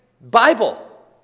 Bible